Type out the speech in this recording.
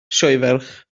sioeferch